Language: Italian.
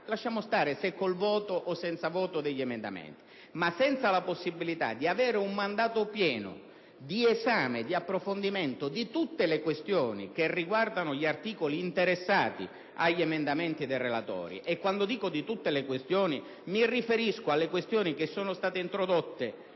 lasciamo stare se con il voto o meno degli emendamenti - ma senza la possibilità di avere un mandato pieno di esame, di approfondimento di tutte le questioni che riguardano gli articoli interessati dagli emendamenti del relatore. Quando parlo di tutte le questioni mi riferisco a quelle introdotte